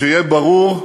שיהיה ברור: